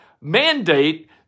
Mandate